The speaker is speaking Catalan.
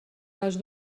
les